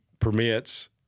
permits